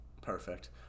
Perfect